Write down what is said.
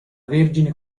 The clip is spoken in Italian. vergine